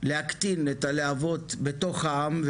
להקטין את הלהבות בתוך העם,